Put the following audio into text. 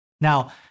Now